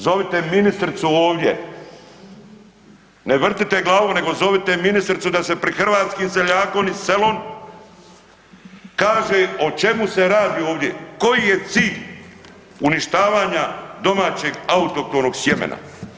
Zovite ministricu ovdje, ne vrtite glavom nego zovite ministricu da se prid hrvatskim seljakom i selom kaže o čemu se radi ovdje, koji je cilj uništavanja domaćeg autohtonog sjemena?